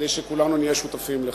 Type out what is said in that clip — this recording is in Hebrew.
כדי שכולנו נהיה שותפים לכך.